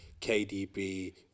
KDB